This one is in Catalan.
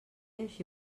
així